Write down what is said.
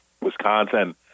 Wisconsin